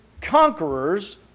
conquerors